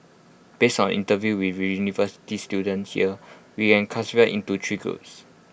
based on interviews with university students here we can classify into three groups